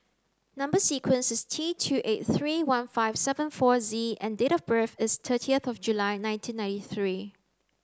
Number sequence is T two eight three one five seven four Z and date of birth is thirty of July nineteen ninety three